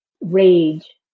rage